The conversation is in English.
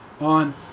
on